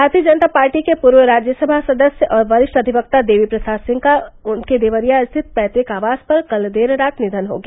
भारतीय जनता पार्टी के पूर्व राज्यसभा सदस्य और वरिष्ठ अधिवक्ता देवी प्रसाद सिंह का उनके देवरिया स्थित पैतृक आवास पर कल देर रात निधन हो गया